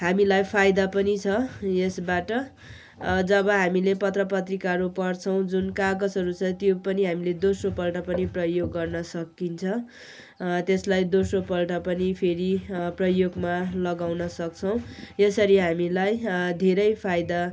हामीलाई फाइदा पनि छ यसबाट जब हामीले पत्र पत्रिकाहरू पढ्छौँ जुन कागजहरू छ त्यो पनि हामीले दोस्रोपल्ट पनि प्रयोग गर्न सकिन्छ त्यसलाई दोस्रोपल्ट पनि फेरि प्रयोगमा लगाउन सक्छौँ यसरी हामीलाई धेरै फाइदा